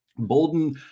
Bolden